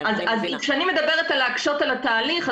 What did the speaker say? כשאני מדברת על להקשות על התהליך,